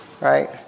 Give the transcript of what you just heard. right